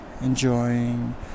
enjoying